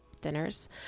dinners